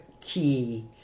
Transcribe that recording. key